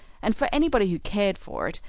and, for anybody who cared for it,